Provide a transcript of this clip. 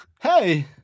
Hey